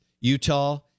Utah